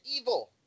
evil